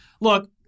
Look